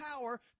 power